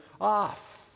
off